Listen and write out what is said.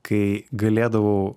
kai galėdavau